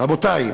רבותי,